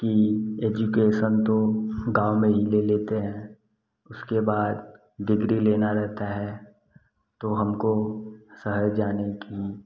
कि एजुकेसन तो गाँव में ही ले लेते हैं उसके बाद डिग्री लेना रहता है तो हमको शहर जाने की